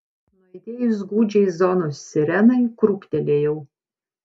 nuaidėjus gūdžiai zonos sirenai krūptelėjau